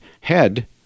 head